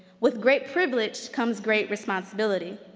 with great privilege comes great responsibility.